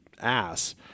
ass